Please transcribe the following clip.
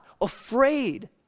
afraid